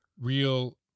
real